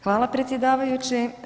Hvala predsjedavajući.